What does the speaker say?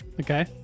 Okay